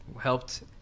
helped